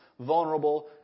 vulnerable